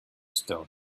stone